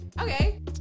Okay